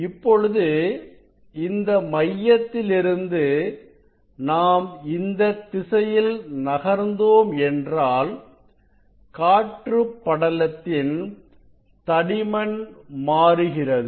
இப்பொழுது இந்த மையத்திலிருந்து நாம் இந்தத் திசையில் நகர்ந்தோம் என்றாள் காற்று படலத்தின் தடிமன் மாறுகிறது